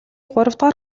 гуравдугаар